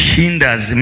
hinders